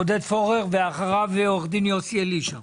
עודד פורר, ואחריו עו"ד יוסי אלישע.